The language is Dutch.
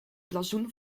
blazoen